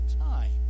time